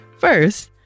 First